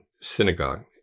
synagogue